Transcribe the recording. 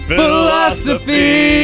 philosophy